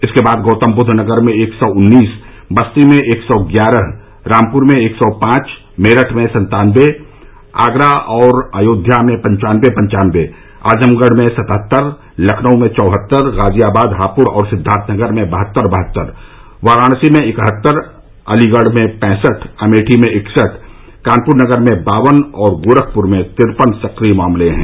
इसके बाद गौतमबुद्व नगर में एक सौ उन्नीस बस्ती में एक सौ ग्यारह रामपुर में एक सौ पांच मेरठ में सत्तानबे आगरा और अयोध्या में पन्चानबे पन्चानबे आजमगढ़ में सतहत्तर लखनऊ में चौहत्तर गाजियाबाद हापुड़ और सिद्वार्थनगर में बहत्तर बहत्तर वाराणसी में इकहत्तर अलीगढ़ में पैंसठ अमेठी में इकसठ कानपुर नगर में बावन और गोरखपुर में तिरपन सक्रिय मामले हैं